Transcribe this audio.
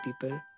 people